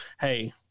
hey